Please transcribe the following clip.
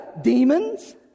Demons